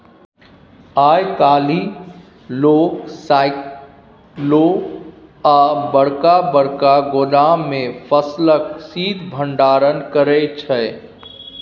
आइ काल्हि लोक साइलो आ बरका बरका गोदाम मे फसलक शीत भंडारण करै छै